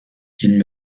ihn